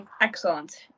excellent